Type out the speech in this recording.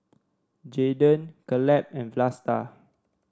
Jaydon Caleb and Vlasta